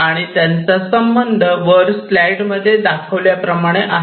आणि त्यांचा संबंध वर स्लाईड मध्ये दाखवल्या प्रमाणे आहे